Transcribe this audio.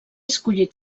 escollit